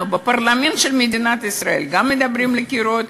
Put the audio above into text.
אנחנו בפרלמנט של מדינת ישראל גם מדברים לקירות.